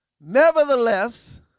Nevertheless